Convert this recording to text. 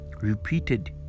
repeated